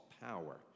Power